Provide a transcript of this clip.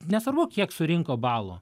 nesvarbu kiek surinko balų